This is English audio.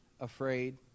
afraid